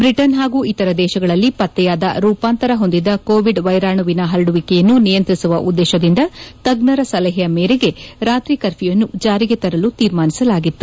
Britain ಹಾಗೂ ಇತರ ದೇಶಗಳಲ್ಲಿ ಪತ್ತೆಯಾದ ರೂಪಾಂತರ ಹೊಂದಿದ ಕೋವಿಡ್ ವ್ಲೆರಾಣುವಿನ ಹರಡುವಿಕೆಯನ್ನು ನಿಯಂತ್ರಿಸುವ ಉದ್ದೇತದಿಂದ ತಜ್ಞರ ಸಲಹೆಯ ಮೇರೆಗೆ ರಾತ್ರಿ ಕರ್ಫ್ಲೊವನ್ನು ಜಾರಿಗೆ ತರಲು ತೀರ್ಮಾನಿಸಲಾಗಿತ್ತು